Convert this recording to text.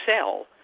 sell